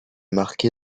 marqué